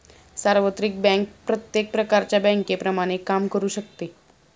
सार्वत्रिक बँक प्रत्येक प्रकारच्या बँकेप्रमाणे काम करू शकते